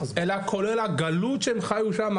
אלא כולל הגלות שהם חיו שמה,